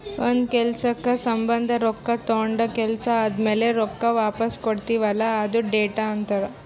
ಒಂದ್ ಕೆಲ್ಸಕ್ ಸಂಭಂದ ರೊಕ್ಕಾ ತೊಂಡ ಕೆಲ್ಸಾ ಆದಮ್ಯಾಲ ರೊಕ್ಕಾ ವಾಪಸ್ ಕೊಡ್ತೀವ್ ಅಲ್ಲಾ ಅದ್ಕೆ ಡೆಟ್ ಅಂತಾರ್